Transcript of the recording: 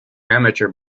amateur